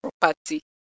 property